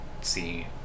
see